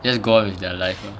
just go on with their life ah